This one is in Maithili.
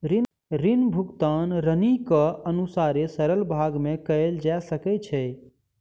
ऋण भुगतान ऋणीक अनुसारे सरल भाग में कयल जा सकै छै